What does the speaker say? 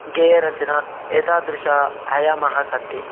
गेयरचना एतादृशा आयामः सन्ति